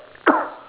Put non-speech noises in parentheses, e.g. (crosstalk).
(coughs)